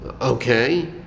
Okay